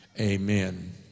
amen